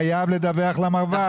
חייב לדווח למרב"ד.